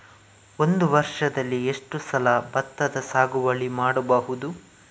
ಒಂದು ವರ್ಷದಲ್ಲಿ ಎಷ್ಟು ಸಲ ಭತ್ತದ ಸಾಗುವಳಿ ಮಾಡಬಹುದು?